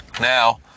Now